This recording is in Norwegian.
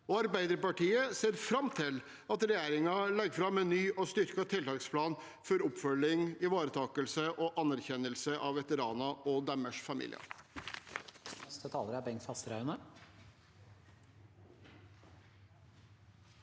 Arbeiderpartiet ser fram til at regjeringen legger fram en ny og styrket tiltaksplan for oppfølging, ivaretakelse og anerkjennelse av veteraner og deres familier.